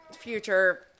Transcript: future